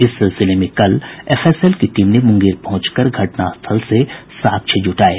इस सिलसिले में कल एफएसएल की टीम ने मुंगेर पहुंचकर घटनास्थल से साक्ष्य जुटाये